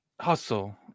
hustle